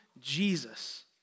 Jesus